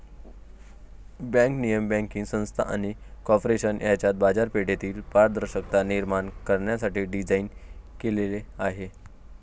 bank नियमन banking संस्था आणि कॉर्पोरेशन यांच्यात बाजारपेठेतील पारदर्शकता निर्माण करण्यासाठी डिझाइन केलेले आहे